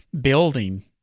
building –